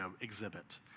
exhibit